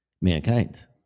Mankind